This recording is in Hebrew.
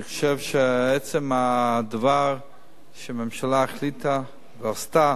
אני חושב שעצם הדבר שממשלה החליטה ועשתה